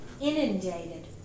inundated